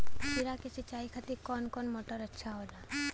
खीरा के सिचाई खातिर कौन मोटर अच्छा होला?